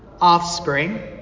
offspring